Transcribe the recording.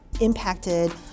impacted